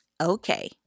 Okay